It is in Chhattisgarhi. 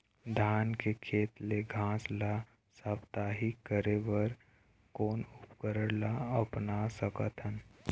धान के खेत ले घास ला साप्ताहिक करे बर कोन उपकरण ला अपना सकथन?